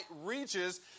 reaches